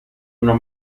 una